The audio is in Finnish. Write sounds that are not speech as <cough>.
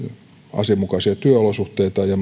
asianmukaisia työolosuhteita ja <unintelligible>